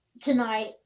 tonight